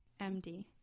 MD